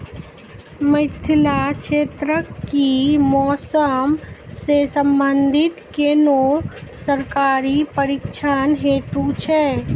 मिथिला क्षेत्रक कि मौसम से संबंधित कुनू सरकारी प्रशिक्षण हेतु छै?